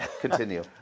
Continue